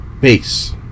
Peace